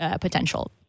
potential